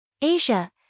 Asia